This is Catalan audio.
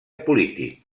polític